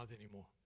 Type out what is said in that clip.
anymore